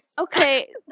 Okay